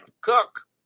Cook